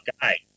guy